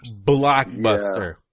Blockbuster